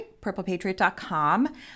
purplepatriot.com